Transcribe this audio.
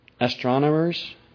astronomers